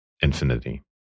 infinity